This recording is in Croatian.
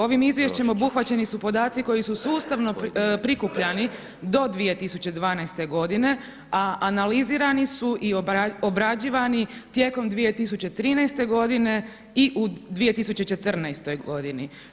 Ovim izvješćem obuhvaćeni su podaci koji su sustavno prikupljani do 2012. godine, a analizirani su i obrađivani tijekom 2013. godine i u 2014. godini.